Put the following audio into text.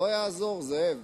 לא יעזור, זאב.